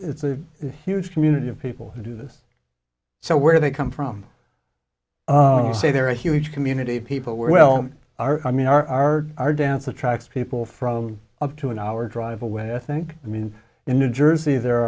it's a huge community of people who do this so where they come from say they're a huge community of people well i mean our our our dance attracts people from up to an hour drive away i think i mean in new jersey there